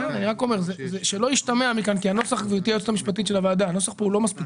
הנוסח פה לא מספיק